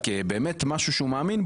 באמת משהו שהוא מאמין,